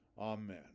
Amen